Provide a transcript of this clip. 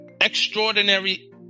extraordinary